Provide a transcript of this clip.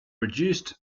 reduced